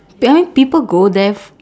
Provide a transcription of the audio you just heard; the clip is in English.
ya people go there f~